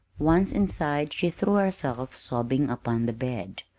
once inside, she threw herself, sobbing, upon the bed.